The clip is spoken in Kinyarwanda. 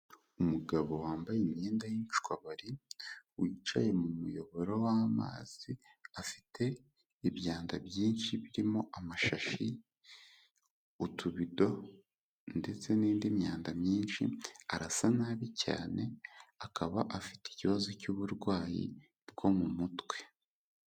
Umugabo wambaye imyenda y'inshwabari wicaye mu muyoboro w'amazi, afite ibyanda byinshi birimo amashashi, utubido ndetse n'indi myanda myinshi, arasa nabi cyane akaba afite ikibazo cy'uburwayi bwo mu mutwe.